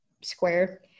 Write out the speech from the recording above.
square